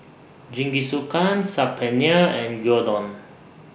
Jingisukan Saag Paneer and Gyudon